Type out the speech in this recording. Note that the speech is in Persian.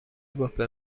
گفتبه